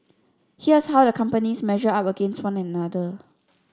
here's how the companies measure up against one another